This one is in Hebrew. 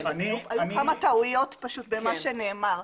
היו כמה טעויות במה שנאמר.